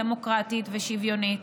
דמוקרטית ושוויונית,